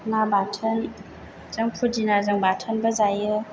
ना बाथोनजों फुदिनाजों बाथोनबो जायो